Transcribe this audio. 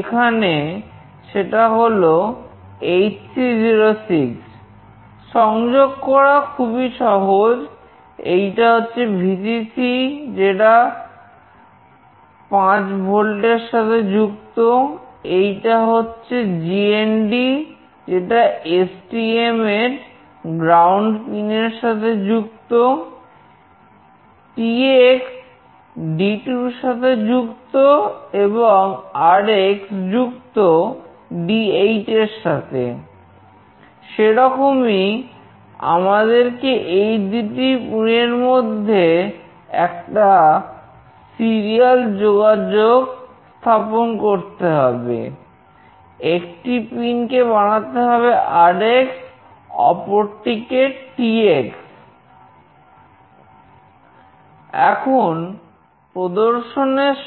এখন প্রদর্শনের